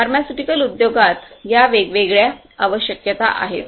pharmaceutical उद्योगात या वेगवेगळ्या आवश्यकता आहेत